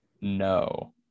No